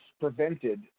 prevented